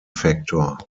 factor